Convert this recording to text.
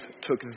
took